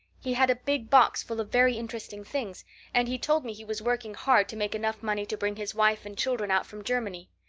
he had a big box full of very interesting things and he told me he was working hard to make enough money to bring his wife and children out from germany.